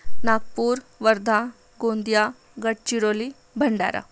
Nagpur Wardha Gondia Gadchiroli Bhandara